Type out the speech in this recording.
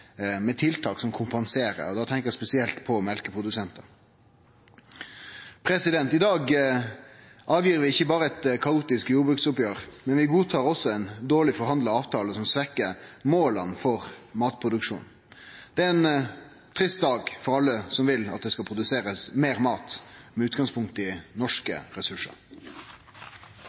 med tiltak som kompenserer. Da tenkjer eg spesielt på mjølkeprodusentar. I dag gir vi ikkje berre frå oss eit kaotisk jordbruksoppgjer, vi godtar også ei dårleg forhandla avtale som svekkjer måla for matproduksjonen. Det er ein trist dag for alle som vil at det skal produserast meir mat med utgangspunkt i norske ressursar.